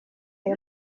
ayo